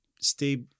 stay